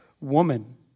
woman